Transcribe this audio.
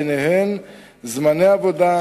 ובהן זמני עבודה,